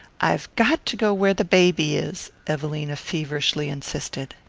i've got to go where the baby is, evelina feverishly insisted.